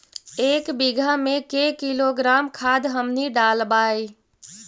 एक बीघा मे के किलोग्राम खाद हमनि डालबाय?